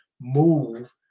move